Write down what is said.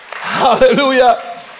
Hallelujah